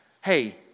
Hey